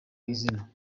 izina